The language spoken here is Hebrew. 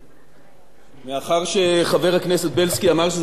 מאחר שחבר הכנסת בילסקי אמר שזה נאומו האחרון,